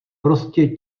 prostě